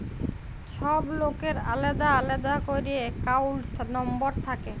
ছব লকের আলেদা আলেদা ক্যইরে একাউল্ট লম্বর থ্যাকে